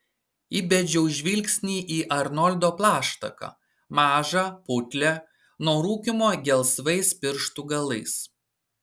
įbedžiau žvilgsnį į arnoldo plaštaką mažą putlią nuo rūkymo gelsvais pirštų galais